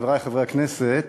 חברי חברי הכנסת,